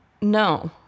No